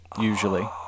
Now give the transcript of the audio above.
usually